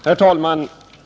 Herr talman!